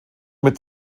mit